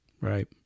Right